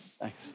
Thanks